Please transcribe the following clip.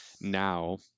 now